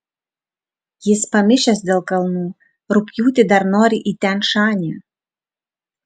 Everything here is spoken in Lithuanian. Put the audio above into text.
jis pamišęs dėl kalnų rugpjūtį dar nori į tian šanį